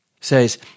says